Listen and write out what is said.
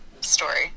story